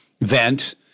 vent